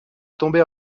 tombait